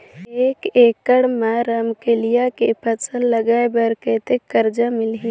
एक एकड़ मा रमकेलिया के फसल लगाय बार कतेक कर्जा मिलही?